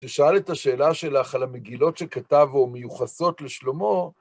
כששאל את השאלה שלך על המגילות שכתב או מיוחסות לשלמה